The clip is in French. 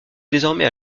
désormais